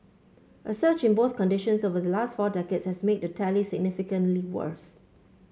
a surge in both conditions over the last four decades has made the tally significantly worse